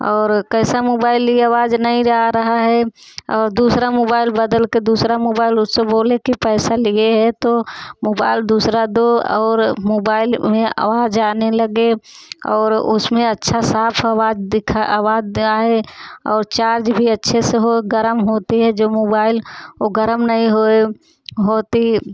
और कैसा मोबाइल लिए आवाज नहीं जा रहा है और दूसरा मोबाइल बदल के दूसरा मोबाइल उससे बोले कि पैसा लिए है तो मोबाइल दूसरा दो और मोबाइल में आवाज आने लगे और उसमें अच्छा साफ आवाज दिखा आवाज जाए और चार्ज भी अच्छे से हो गर्म होती है जो मोबाइल वो गर्म नहीं होए होती